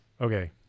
Okay